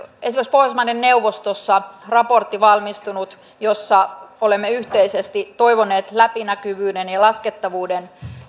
esimerkiksi pohjoismaiden neuvostossa valmistunut raportti jossa olemme yhteisesti toivoneet läpinäkyvyyden ja laskettavuuden